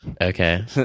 Okay